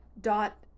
dot